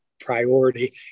priority